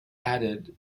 added